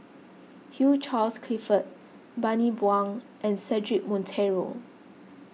Hugh Charles Clifford Bani Buang and Cedric Monteiro